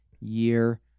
year